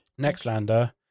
Nextlander